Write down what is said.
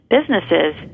Businesses